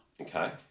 Okay